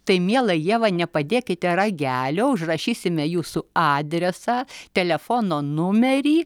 tai miela ieva nepadėkite ragelio užrašysime jūsų adresą telefono numerį